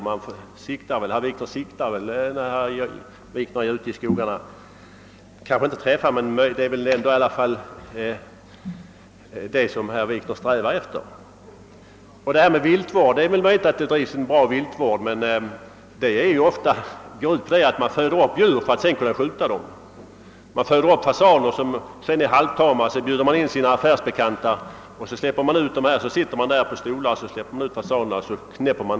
Herr Wikner siktar väl ändå till detta när han är ute i markerna, även om han inte alltid träffar bytet. Det är möjligt att det bedrivs en god viltvård, men den går ofta ut på att föda upp djur för att man sedan skall kunna skjuta dem. Man föder t.ex. upp fasaner, som blir halvtama, och bjuder kanske in sina affärsbekanta som sedan får sitta på sina stolar och skjuta fasanerna när de släpps ut.